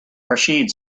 rachid